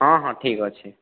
ହଁ ହଁ ଠିକ୍ ଅଛି